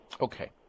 Okay